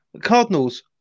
Cardinals